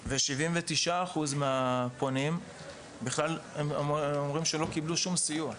ו-79% מהפונים אומרים שהם לא קיבלו שום סיוע.